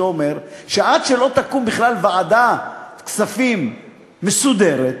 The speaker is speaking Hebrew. שאומר שעד שלא תקום בכלל ועדת כספים מסודרת,